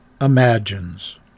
imagines